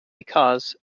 because